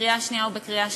בקריאה שנייה ובקריאה שלישית.